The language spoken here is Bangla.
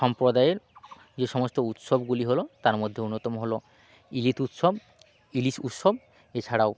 সম্প্রদায়ের যে সমস্ত উৎসবগুলি হলো তার মধ্যে অন্যতম হলো ইলিত উৎসব ইলিশ উৎসব এছাড়াও